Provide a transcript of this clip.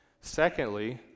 Secondly